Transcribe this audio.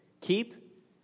keep